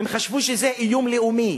הם חשבו שזה איום לאומי,